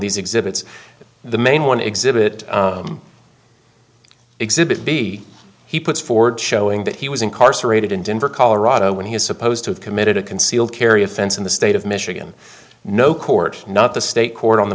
these exhibits the main one exhibit exhibit b he puts forward showing that he was incarcerated in denver colorado when he was supposed to have committed a concealed carry offense in the state of michigan no court not the state court on the